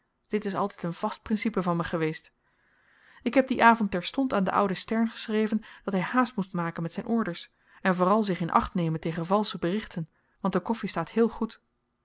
dit is altyd een vast principe van me geweest ik heb dien avend terstond aan den ouden stern geschreven dat hy haast moest maken met zyn orders en vooral zich in acht nemen tegen valsche berichten want de koffi staat heel goed